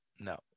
No